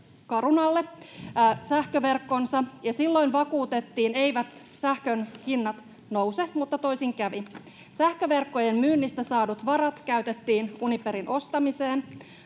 sähköverkkonsa, ja silloin vakuutettiin, että eivät sähkön hinnat nouse, mutta toisin kävi. Sähköverkkojen myynnistä saadut varat käytettiin Uniperin ostamiseen.